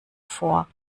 vor